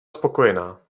spokojená